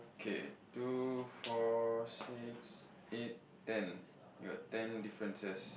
okay two four six eight ten got ten differences